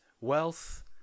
wealth